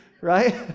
Right